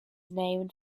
named